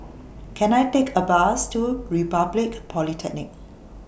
Can I Take A Bus to Republic Polytechnic